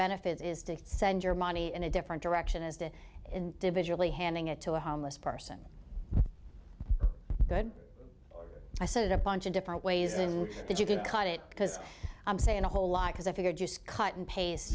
benefits is to send your money in a different direction as to individually handing it to a homeless person good i said a bunch of different ways in that you can cut it because i'm saying a whole lot because i figure just cut and paste